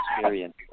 experience